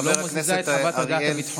חוות דעת משפטית לא מזיזה את חוות הדעת הביטחונית.